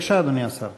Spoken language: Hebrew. בבקשה, אדוני השר.